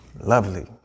Lovely